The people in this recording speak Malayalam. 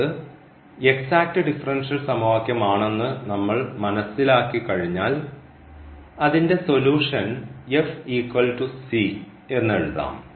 എന്നത് എക്സാക്റ്റ് ഡിഫറൻഷ്യൽ സമവാക്യം ആണെന്ന് നമ്മൾ മനസ്സിലാക്കി കഴിഞ്ഞാൽ അതിൻറെ സൊലൂഷൻ എന്ന് എഴുതാം